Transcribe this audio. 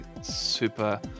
super